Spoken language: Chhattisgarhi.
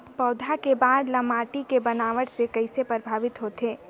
पौधा के बाढ़ ल माटी के बनावट से किसे प्रभावित होथे?